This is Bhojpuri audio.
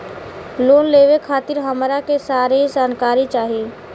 लोन लेवे खातीर हमरा के सारी जानकारी चाही?